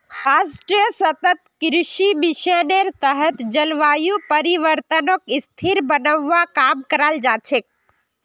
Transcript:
राष्ट्रीय सतत कृषि मिशनेर तहत जलवायु परिवर्तनक स्थिर बनव्वा काम कराल जा छेक